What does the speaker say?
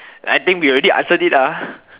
I think we already answered it ah